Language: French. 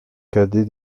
cadet